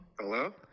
Hello